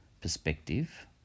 perspective